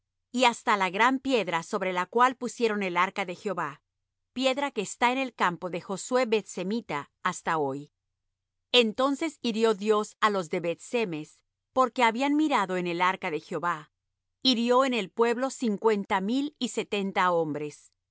y hasta la gran piedra sobre la cual pusieron el arca de jehová piedra que está en el campo de josué beth semita hasta hoy entonces hirió dios á los de beth-semes porque habían mirado en el arca de jehová hirió en el pueblo cincuenta mil y setenta hombres